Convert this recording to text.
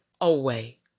away